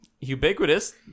Ubiquitous